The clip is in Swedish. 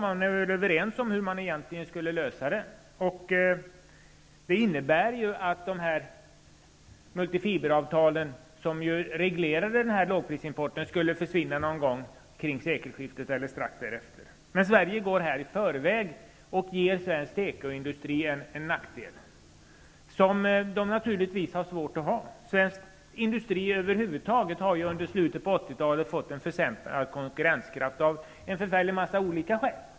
Man är överens om hur man skulle kunna lösa problemet. Det innebär att multifiberavtalet, som reglerade lågprisimporten, skulle försvinna vid sekelskiftet eller strax därefter. Men Sverige går i förväg och ger svensk tekoindustri en nackdel som den naturligtvis har svårt att klara av. Svensk industri har över huvud taget under slutet av 80-talet fått en försämrad konkurrenskraft av en förfärlig mängd olika skäl.